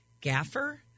gaffer